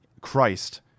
Christ